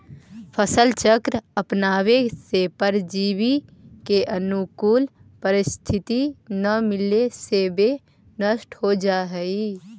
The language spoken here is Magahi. फसल चक्र अपनावे से परजीवी के अनुकूल परिस्थिति न मिले से वे नष्ट हो जाऽ हइ